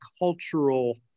cultural